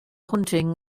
hunting